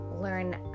learn